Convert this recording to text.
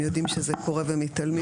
אם יודעים שזה קורה ומתעלמים,